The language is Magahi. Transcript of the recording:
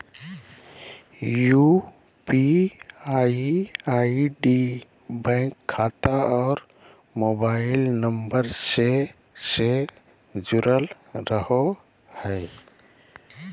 यू.पी.आई आई.डी बैंक खाता और मोबाइल नम्बर से से जुरल रहो हइ